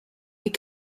est